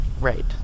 right